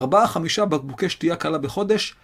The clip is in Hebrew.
4-5 בקבוקי שתייה קלה בחודש.